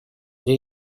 для